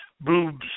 boobs